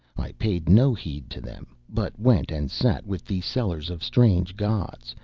i paid no heed to them, but went and sat with the sellers of strange gods,